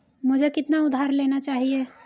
मुझे कितना उधार लेना चाहिए?